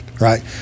right